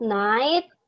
night